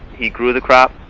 he grew the crop,